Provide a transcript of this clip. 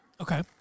Okay